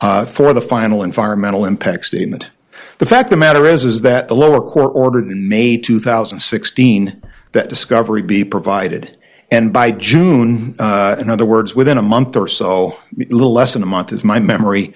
t for the final environmental impact statement the fact the matter is is that the lower court ordered in may two thousand and sixteen that discovery be provided and by june in other words within a month or so a little less than a month is my memory